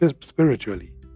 spiritually